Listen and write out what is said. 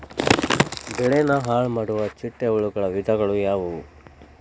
ಬೆಳೆನ ಹಾಳುಮಾಡುವ ಚಿಟ್ಟೆ ಹುಳುಗಳ ವಿಧಗಳು ಯಾವವು?